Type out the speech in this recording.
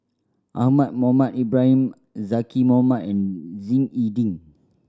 Ahmad Mohamed Ibrahim Zaqy Mohamad and Ying E Ding